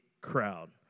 crowd